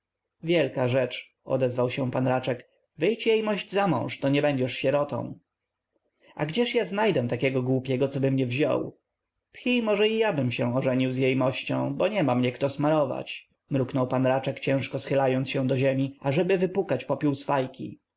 wielka rzecz odezwał się p raczek wyjdź jejmość zamąż to nie będziesz sierotą a gdzież ja znajdę takiego głupiego coby mnie wziął phi może i jabym się ożenił z jejmością bo niema mnie kto smarować mruknął p raczek ciężko schylając się do ziemi ażeby wypukać popiół z fajki